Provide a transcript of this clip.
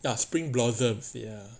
ya spring blossoms ya